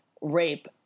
rape